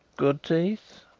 good teeth.